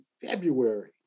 February